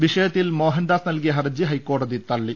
വിഷയത്തിൽ മോഹൻദാസ് നൽകിയ ഹർജി ഹൈക്കോടതി തള്ളി